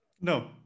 No